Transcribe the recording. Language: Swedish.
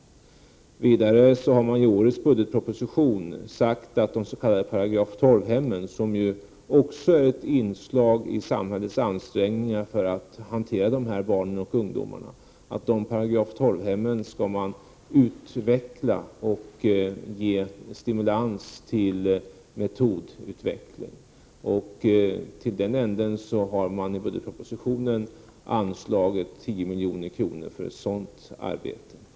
Vidare har man i årets budgetproposition sagt att de s.k. § 12-hemmen, som också är ett inslag i samhällets ansträngningar för att hantera dessa barn och ungdomar, skall utvecklas och ges stimulans till metodutveckling. Man har i propositionen anslagit 10 milj.kr. för sådant arbete.